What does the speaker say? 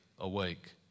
Awake